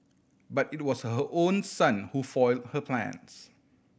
but it was her own son who foiled her plans